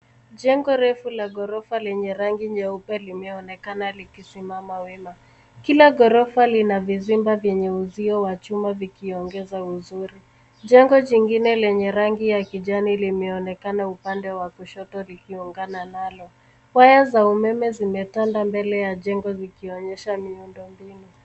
Jengo refu la ghorofa lenye rangi nyeupe limeonekana likisimama wima. Kila ghorofa lina vizimba vyenye uzio wa chuma vikiongeza uzuri. Jengo jingine lenye rangi ya kijani limeonekana upande wa kushoto likiungana nalo. Waya za umeme zimetanda mbele ya jengo likionyesha miundombinu.